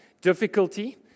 difficulty